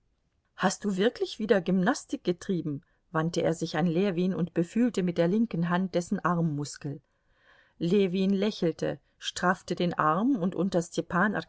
hast du wirklich wie der gymnastik getrieben wandte er sich an ljewin und befühlte mit der linken hand dessen armmuskel ljewin lächelte straffte den arm und unter